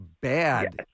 Bad